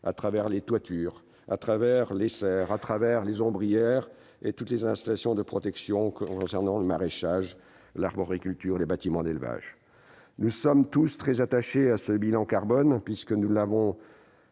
avec les toitures, les serres, les ombrières et toutes les installations de protection du maraîchage, de l'arboriculture ou les bâtiments d'élevage. Nous sommes tous très attachés à ce bilan carbone, puisque nous l'avons